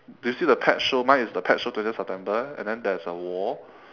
do you see the pet show mine is the pet show twentieth september and than there's a wall